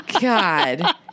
God